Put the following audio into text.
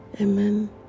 Amen